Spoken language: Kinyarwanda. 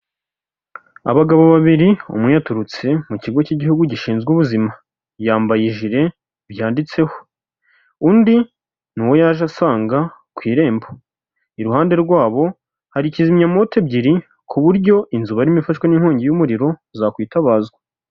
Abagabo babiri, umwe yaturutse mu kigo cy'igihugu gishinzwe ubuzima, yambaye ijire byanditseho, undi ni uwo yaje asanga ku irembo, iruhande rwabo hari kizimyamoto ebyiri, ku buryo inzu barimo ifashwe n'inkongi y'umuriro zakwitabazwa.